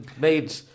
made